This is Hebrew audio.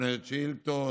עונה לשאילתות,